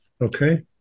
Okay